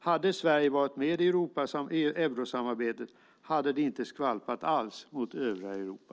Hade Sverige varit med i eurosamarbetet hade det inte skvalpat alls mot övriga Europa.